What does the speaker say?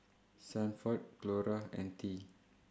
Sanford Clora and Thea